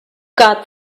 got